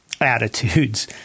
attitudes